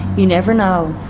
you never know.